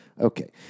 Okay